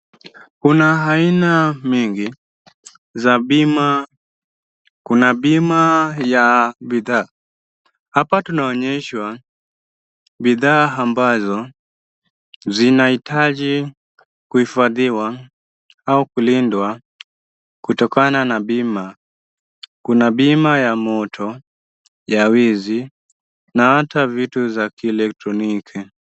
Kuna aina mingi za bima, kuna bima ya bidhaa. Hapa tunaonyeshwa bidhaa ambazo zinahitaji kuifadhiwa au kulindwa kutokana na bima. Kuna bima ya moto, ya wizi na hata vitu za kielektroniki.